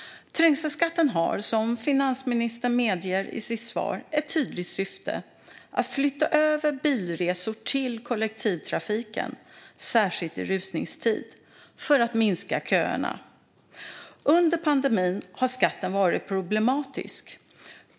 Trängselskatten har, som finansministern medger i sitt svar, ett tydligt syfte: att flytta över bilresor till kollektivtrafiken, särskilt i rusningstid, för att minska köerna. Under pandemin har skatten varit problematisk.